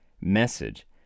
message